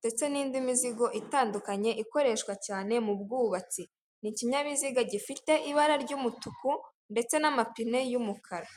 ndetse n'indi mizigo itandukanye ikoreshwa cyane mu bwubatsi. Ni ikinyabiziga gifite ibara ry'umutuku, ndetse n'amapine y'umukara.